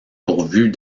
pourvue